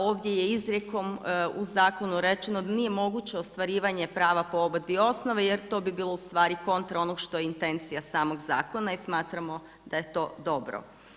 Ovdje je izrijekom u zakonu rečeno nije moguće ostvarivanje prava po obadvije osnove jer to bi bilo ustvari kontra onog što je intencija samog zakona i smatramo da je to dobro.